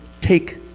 take